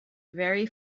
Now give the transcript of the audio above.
very